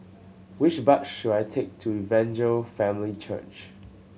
which bus should I take to Evangel Family Church